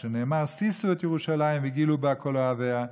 שנאמר: שישו את ירושלים וגילו בה כל אוהביה,